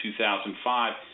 2005